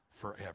forever